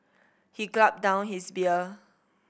he gulped down his beer